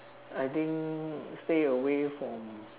I think stay away from